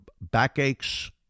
backaches